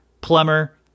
plumber